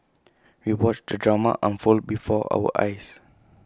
we watched the drama unfold before our eyes